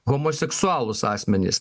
homoseksualūs asmenys